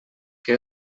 que